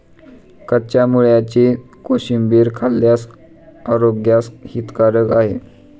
कच्च्या मुळ्याची कोशिंबीर खाल्ल्यास आरोग्यास हितकारक आहे